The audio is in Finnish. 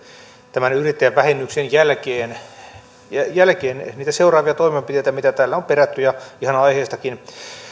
tämän yrittäjävähennyksen jälkeen niitä seuraavia toimenpiteitä mitä täällä on perätty ja ihan aiheestakin